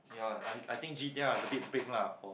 ya lor I I think G_T_R is abit big lah for